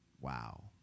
Wow